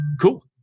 cool